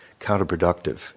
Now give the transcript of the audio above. counterproductive